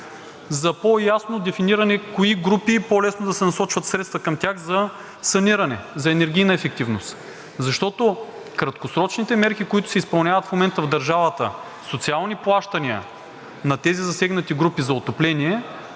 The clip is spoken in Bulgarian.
за по-ясно дефиниране към кои групи по-лесно да се насочват средства към тях за саниране, за енергийна ефективност. Защото краткосрочните мерки, които се изпълняват в момента в държавата – социални плащания на тези засегнати групи за отопление,